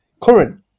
Current